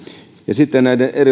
sitten erilaisten